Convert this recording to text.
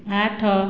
ଆଠ